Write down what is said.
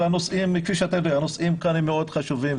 אבל הנושאים כאן הם מאוד חשובים,